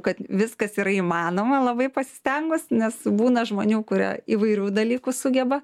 kad viskas yra įmanoma labai pasistengus nes būna žmonių kurie įvairių dalykų sugeba